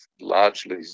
largely